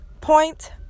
Point